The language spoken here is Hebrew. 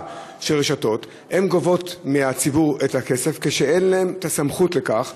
של רשתות גובות מהציבור את הכסף כשאין להן הסמכות לכך,